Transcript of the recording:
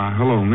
hello